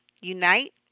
unite